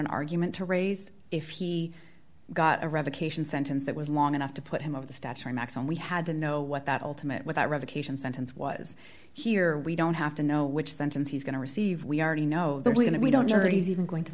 an argument to raise if he got a revocation sentence that was long enough to put him over the statutory max and we had to know what that ultimate without revocation sentence was here we don't have to know which then since he's going to receive we already know they're going to we don't care if he's even going to